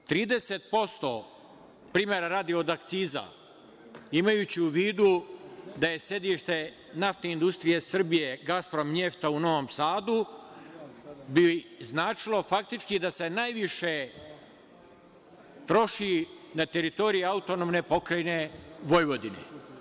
Trideset posto, primera radi, od akciza, imajući u vidu da je sedište Naftne industrije Srbije „Gasprom njefta“ u Novom Sadu bi značilo faktički da se najviše troši na teritoriji AP Vojvodine.